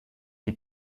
die